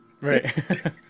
Right